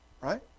right